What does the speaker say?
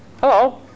Hello